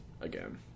again